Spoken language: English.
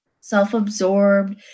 self-absorbed